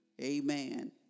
Amen